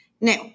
Now